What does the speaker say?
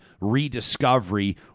rediscovery